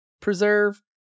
preserve